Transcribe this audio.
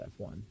F1